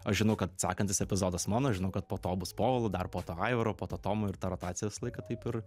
aš žinau kad sekantis epizodas mano aš žinau kad po to bus povilo dar po to aivaro po to tomo ir ta rotacija visą laiką taip ir